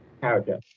character